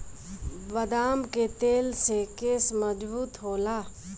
बदाम के तेल से केस मजबूत होला